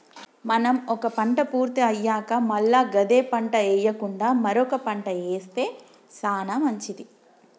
మనం ఒక పంట పూర్తి అయ్యాక మల్ల గదే పంట ఎయ్యకుండా మరొక పంట ఏస్తె సానా మంచిది